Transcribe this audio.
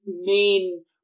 main